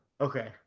Okay